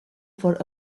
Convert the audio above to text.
for